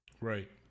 Right